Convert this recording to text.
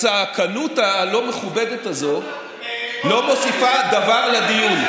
הצעקנות הלא-מכובדת הזאת לא מוסיפה דבר לדיון.